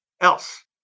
else